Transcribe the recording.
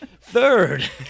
Third